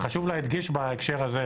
וחשוב להדגיש בהקשר הזה,